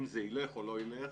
אם זה ילך או לא ילך,